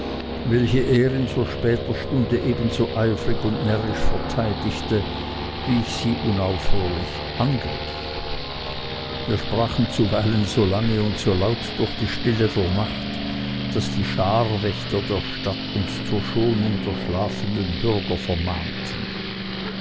welche er in so später stunde ebenso eifrig und närrisch verteidigte wie ich sie unaufhörlich angriff wir sprachen zuweilen so lange und so laut durch die stille der nacht daß die scharwächter der stadt uns zur schonung der schlafenden bürger vermahnten